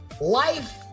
life